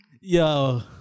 Yo